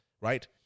right